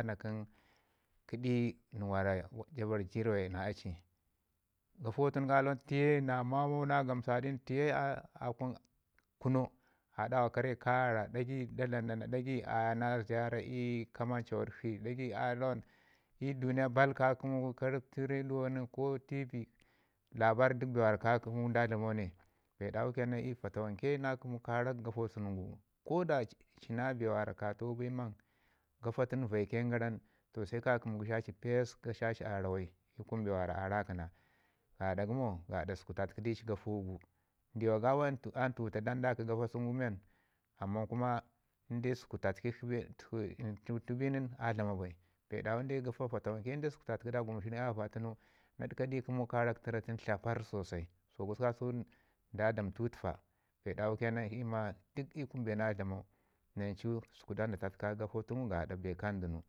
na nən mi ja bar jəriwa na a ci, gafu gu tunu ka lawan tiye na mamau gamsadin tiye a kun kuno a dawa kare karara dagai da dlam na na, dagai aya na ziyara ii kamancudshi, da gai aye rawan. I duniya bal ka kəmu gu ga rəptu radiyo ka TV labarr bee wara ka kəmau da dlamau ne. Bee dawu ke nan i yu fatawanke na kəmu karak gafo sən gu, ko da ci na bee mi wara tau bi man gafo tuno vaiken garan sai ka kəmi gəsha ci pess gəsha ci arawai i kun bee mi wara a rakəna gaɗa gəmo? gada səku tatəki di ci gafo gu. Ndiwa gawa a ntutu da ki gafo sunu men amman kuma inde səku tat- tatə kishi bin səku ntutu bin a dlama bai bee dawu gafo fatawanke in səku tatə kida gafa gəmu shirin ayawau vəd tunu na dəkadi kəmu karak təra tun Haparr sosai, so gusku gasau da damtau təfa bee dawu ke nan i yu ma duk i kun bee na dlamau nancu səku da tatəka gafo tun gada bee ka ndənu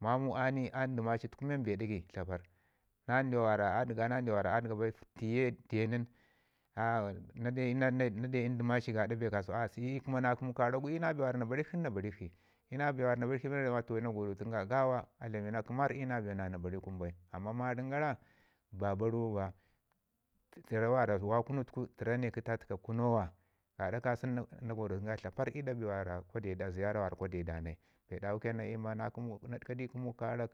mamau a nii a ndama ci tuku men bee ɗagai tlaparr ndawa wara a dəga na ndawa mi a dəga bai, tiye tufe nin na deu i ndama ci gaɗa bee kasau a iyu ke na kəmu karak gu iyu na bee mi wara na barikshi na bariskshi, iyu na na bee mi wara na borikshi bin na ramma toh na godotən ga, iyuy na bee mi wara na bari kun bai amman marəm gara ba baru ba təra mi wanda wa kunu tuku təra ne kə tatəka kuno wa. Gaɗa kasən na gadutən ga tlaparr i ɗa bee wara ziyara mi kwa de da nai bee dawu ke nan iyu ma na dəka di kəmu karak.